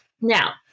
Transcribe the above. Now